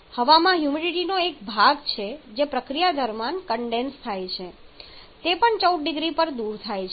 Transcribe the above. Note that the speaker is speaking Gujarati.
હવામાં હ્યુમિડિટીનો એક ભાગ જે પ્રક્રિયા દરમિયાન કન્ડેન્સ થાય છે તે પણ 14 0C પર દૂર થાય છે